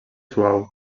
suau